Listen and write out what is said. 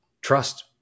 trust